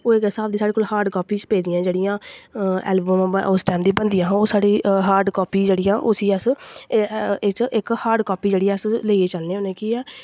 उस स्हाब दियां साढ़े कोल हार्ड़ कापियां पेदियां जेह्ड़ियां ऐलवम उस टैम दियां बनदियां हां ओह् साढ़ी हार्ड़ कॉपी जेह्ड़ी ऐ उस्सी अस इक हार्ड़ कापी लैइयै चलने होन्ने क्यों